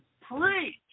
Preach